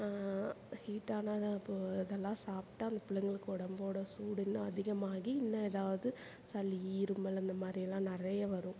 ஹீட்டான இதான் இப்போது இதெல்லாம் சாப்பிட்டா அந்த பிள்ளைங்களுக்கு உடம்போட சூடு இன்னும் அதிகமாகி இன்னும் ஏதாவது சளி இருமல் அந்த மாதிரிலாம் நிறைய வரும்